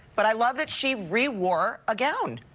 but i love that she rewore a gown.